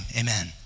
amen